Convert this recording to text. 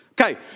Okay